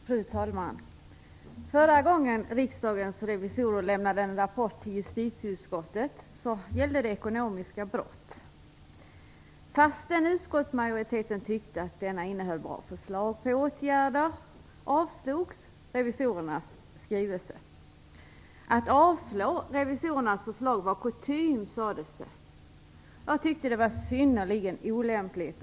Fru talman! Förra gången Riksdagens revisorer lämnade en rapport till justitieutskottet gällde det ekonomiska brott. Trots att utskottsmajoriteten tyckte att rapporten innehöll bra förslag till åtgärder avstyrktes riksdagsrevisorernas skrivelse. Att avstyrka revisorernas förslag var kutym, sades det. Jag tycker att det var synnerligen olämpligt.